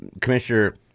Commissioner